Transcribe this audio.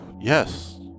yes